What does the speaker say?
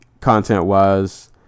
Content-wise